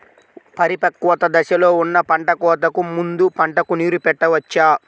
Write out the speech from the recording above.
పరిపక్వత దశలో ఉన్న పంట కోతకు ముందు పంటకు నీరు పెట్టవచ్చా?